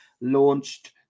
launched